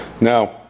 now